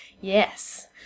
Yes